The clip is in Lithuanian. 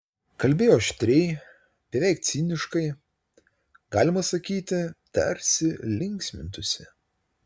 kalbėjo aštriai beveik ciniškai galima sakyti tarsi linksmintųsi